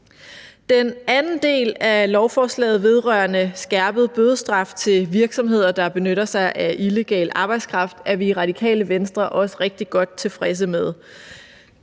Den anden del af lovforslaget vedrørende skærpet bødestraf til virksomheder, der benytter sig af illegal arbejdskraft, er vi i Radikale Venstre også rigtig godt tilfredse med.